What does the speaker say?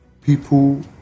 people